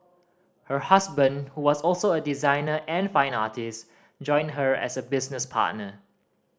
her husband who was also a designer and fine artist joined her as a business partner